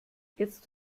jetzt